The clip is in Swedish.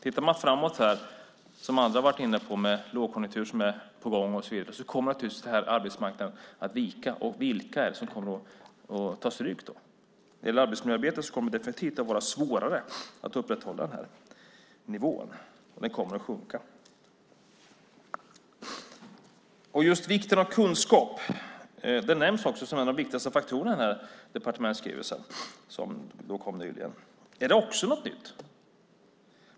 Andra har varit inne på att vi ska titta framåt - lågkonjunktur som är på gång och så vidare. Kommer arbetsmarknaden att vika? Vilka är det som kommer att ta stryk? Det kommer definitivt att bli svårare att upprätthålla nivån i arbetsmiljöarbetet. Den kommer att sjunka. Kunskap är en av de viktigaste faktorerna enligt den departementsskrivelse som kom nyligen. Är det också något nytt?